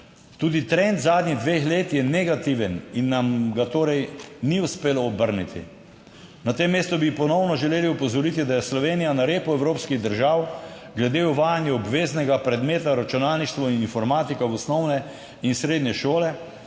Tudi trend zadnjih dveh let je negativen in nam ga torej ni uspelo obrniti. Na tem mestu bi ponovno želeli opozoriti, da je Slovenija na repu evropskih držav glede uvajanja obveznega predmeta računalništvo in informatika v osnovne in srednje šole,